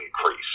increase